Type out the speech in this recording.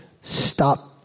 stop